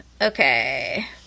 Okay